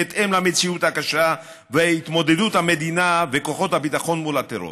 בהתאם למציאות הקשה וההתמודדות של המדינה וכוחות הביטחון עם הטרור.